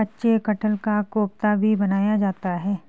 कच्चे कटहल का कोफ्ता भी बनाया जाता है